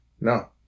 No